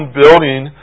building